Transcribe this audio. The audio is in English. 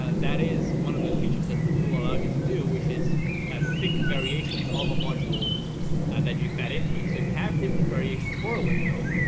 ah that is one of the features that the tool allows you to do, which is ah pick variations of a module that you fed into it. so if you have different variations for a window,